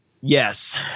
Yes